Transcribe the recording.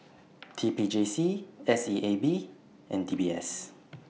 T P J C S E A B and D B S